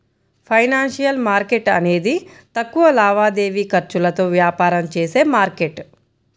financial market అనేది తక్కువ లావాదేవీ ఖర్చులతో వ్యాపారం చేసే మార్కెట్